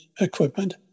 equipment